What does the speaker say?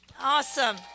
awesome